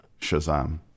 Shazam